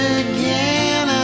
again